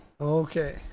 Okay